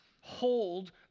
hold